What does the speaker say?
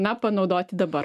na panaudoti dabar